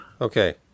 Okay